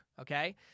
Okay